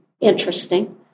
interesting